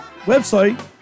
website